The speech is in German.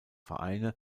vereine